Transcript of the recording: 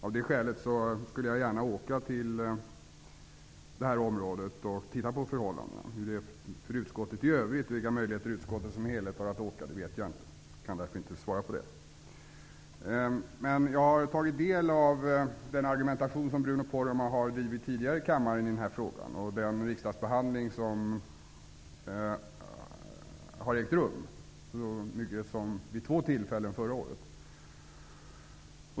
Av det skälet skulle jag gärna vilja åka till detta område för att studera förhållandena där. Vilka möjligheter det finns för utskottet i dess helhet att åka dit vet jag inte, och därför kan jag inte svara på det. Jag har tagit del av den argumentation som Bruno Poromaa tidigare i denna kammare har drivit i frågan och av den riksdagsbehandling som ägt rum vid två tillfällen förra året.